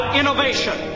innovation